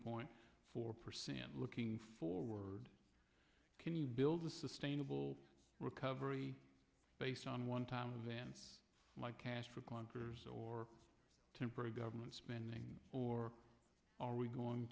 point four percent looking forward can you build a sustainable recovery based on onetime event like cash for clunkers or temporary government spending or are we going